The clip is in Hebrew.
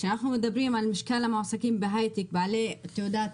כשאנחנו מדברים על משקל המועסקים בהייטק בעלי תעודת